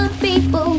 people